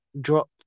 drop